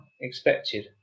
expected